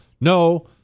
No